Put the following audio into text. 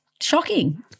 Shocking